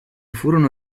furono